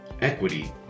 equity